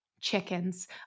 Chickens